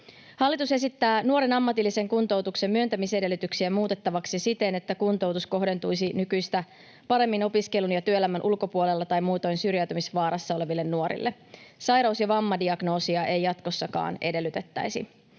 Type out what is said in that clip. Hallitus esittää nuoren ammatillisen kuntoutuksen myöntämisedellytyksiä muutettavaksi siten, että kuntoutus kohdentuisi nykyistä paremmin opiskelun ja työelämän ulkopuolella tai muutoin syrjäytymisvaarassa oleville nuorille. Sairaus- ja vammadiagnoosia ei jatkossakaan edellytettäisi.